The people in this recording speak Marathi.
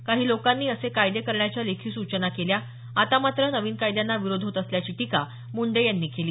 काही लोकांनी असे कायदे करण्याच्या लेखी सूचना केल्या आता मात्र नवीन कायद्यांना विरोध होत असल्याची टीका मुंडे यांनी केली